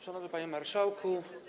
Szanowny Panie Marszałku!